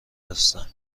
هستم